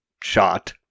Shot